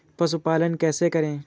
पशुपालन कैसे करें?